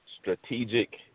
strategic